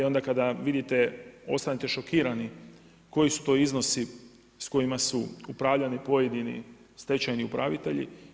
I onda kada vidite ostanete šokirani koji su to iznosi s kojima su upravljani pojedini stečajni upravitelji.